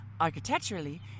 Architecturally